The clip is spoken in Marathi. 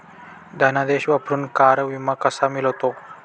धनादेश वापरून कार विमा कसा मिळतो?